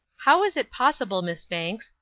how is it possible, miss banks,